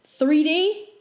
3D